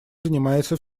занимается